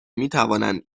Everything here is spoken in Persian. میتوانند